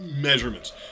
measurements